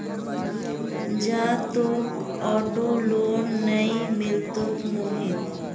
जा, तोक auto loan नइ मिलतोक मोहित